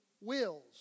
wills